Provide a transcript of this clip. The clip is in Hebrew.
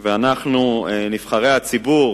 ואנחנו, נבחרי הציבור,